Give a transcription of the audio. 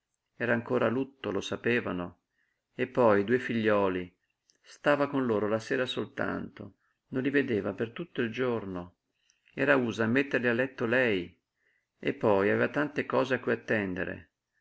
era ancora a lutto lo sapevano e poi i due figliuoli stava con loro la sera soltanto non li vedeva per tutto il giorno era usa metterli a letto lei e poi aveva tante cose a cui attendere